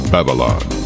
Babylon